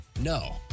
No